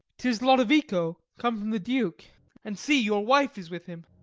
tis lodovico come from the duke and, see, your wife is with him.